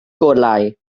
golau